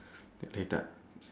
later